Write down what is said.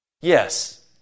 Yes